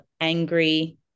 angry